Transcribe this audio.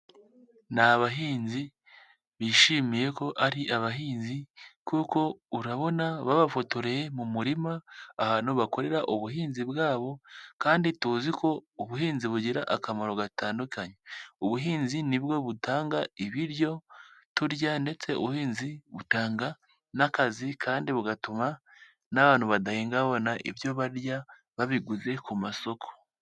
Ni abahinzi bishimiye ko ari abahinzi, kuko urabona babafotoreye mu murima ahantu bakorera ubuhinzi bwabo kandi tuzi ko ubuhinzi bugira akamaro gatandukanye. Ubuhinzi nibwo butanga ibiryo turya ndetse ubuhinzi butanga n'akazi kandi bugatuma n'abantu badahinga babona ibyo barya babiguze ku masoko.